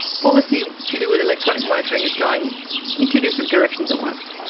policy to do with electronic monitoring is going in two different directions at once.